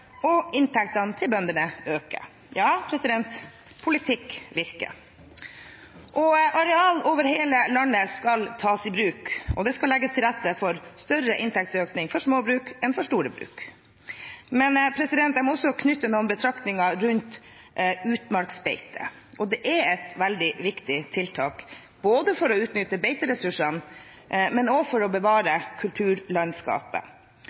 og inntektene til bøndene øker. Ja, politikk virker. Areal over hele landet skal tas i bruk, og det skal legges til rette for større inntektsøkning for små bruk enn for store bruk. Men jeg må også knytte noen betraktninger til utmarksbeite. Det er et veldig viktig tiltak både for å utnytte beiteressursene og for å